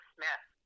Smith